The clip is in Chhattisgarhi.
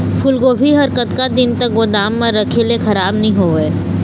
फूलगोभी हर कतका दिन तक गोदाम म रखे ले खराब नई होय?